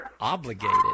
obligated